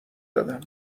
دادم